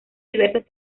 diversas